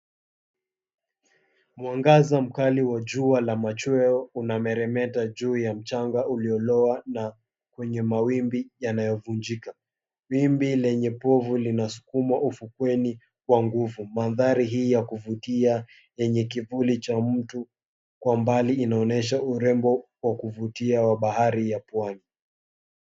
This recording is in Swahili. Mwangaza mkali wa jua la machweo unameremeta juu ya mchanga ulioloa, na kwenye mawimbi yanayovunjika, wimbi lenye povu linasukumwa ufukweni kwa nguvu. Manthari hii ya kuvutia, yenye kivuli cha mtu kwa mbali, inaonyesha urembo wa kuvutia wa bahari ya pwani.